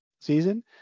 season